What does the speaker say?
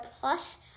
Plus